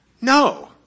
No